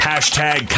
Hashtag